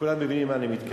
כולם מבינים מה אני מתכוון.